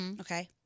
Okay